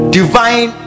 divine